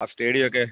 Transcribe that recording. സ്റ്റേഡിയമൊക്കെ